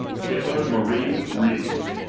taylor murray reeves